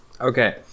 okay